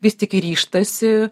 vis tik ryžtasi